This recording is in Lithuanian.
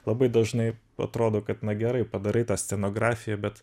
labai dažnai atrodo kad na gerai padarai tą scenografiją bet